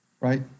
right